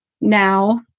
now